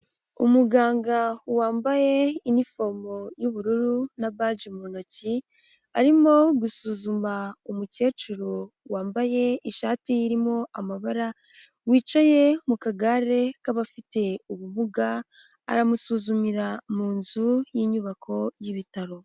Umuganga wambaye inifomo y'ubururu na baji mu ntoki, arimo gusuzuma umukecuru wambaye ishati irimo amabara, wicaye mu kagare k'abafite ubumuga, aramusuzumira mu nzu y'inyubako y'ibitaro.